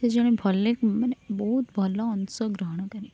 ସେ ଜଣେ ଭଲେ ମାନେ ବହୁତ ଭଲ ଅଂଶ ଗ୍ରହଣକାରୀ